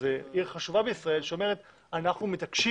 שזאת עיר חשובה בישראל שאומר: אנחנו מתעקשים